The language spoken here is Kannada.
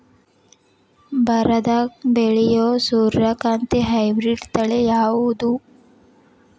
ಬರದಾಗ ಬೆಳೆಯೋ ಸೂರ್ಯಕಾಂತಿ ಹೈಬ್ರಿಡ್ ತಳಿ ಯಾವುದು?